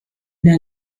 der